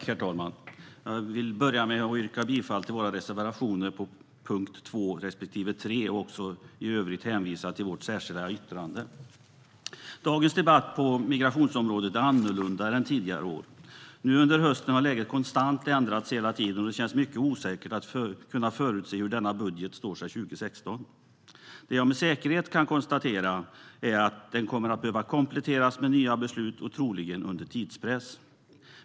Herr talman! Jag yrkar bifall till våra reservationer under punkterna 2 och 3. I övrigt hänvisar jag till vårt särskilda yttrande. Dagens debatt på migrationsområdet är annorlunda jämfört med tidigare år. Nu under hösten har läget konstant ändrats hela tiden, och det känns mycket osäkert att kunna förutse hur denna budget står sig 2016. Det jag med säkerhet kan konstatera är att den kommer att behöva kompletteras med nya beslut, troligen under tidspress.